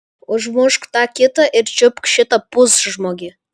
užmušk tą kitą ir čiupk šitą pusžmogį